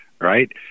right